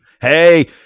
Hey